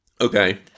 Okay